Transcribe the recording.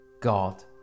God